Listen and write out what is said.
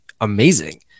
amazing